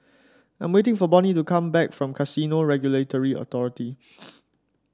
I'm waiting for Bonny to come back from Casino Regulatory Authority